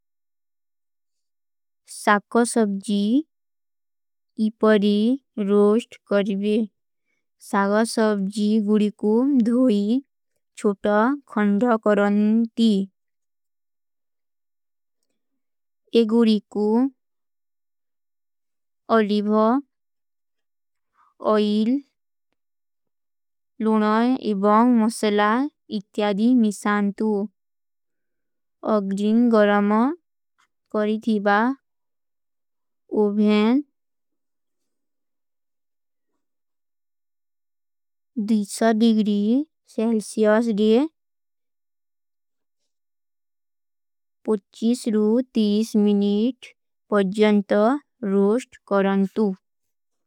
ସାଗା ସବଜୀ ଇପରୀ ରୋସ୍ଟ କରଵେ। ସାଗା ସବଜୀ ଗୁରୀ କୂ ଧୋଈ ଛୋଟା ଖଂଡା କରନ ତୀ। ଏଗୁରୀ କୂ ଅଲିବହ, ଅଯିଲ, ଲୋନାଈ ଏବାଂଗ ମସଲା ଇତ୍ଯାଦୀ ମିଶାନ ତୂ। ଅଗ୍ଜିନ ଗରମ କରୀ ଥୀବା, ଉଭେନ ଦୀସା ଦିଗ୍ରୀ ସେଲ୍ସିଯସ ଗେ ପୁଛୀସ ରୂ ତୀସ ମିନୀଟ ପଜ୍ଯଂତ ରୋସ୍ଟ କରନ ତୂ।